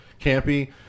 campy